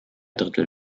drittel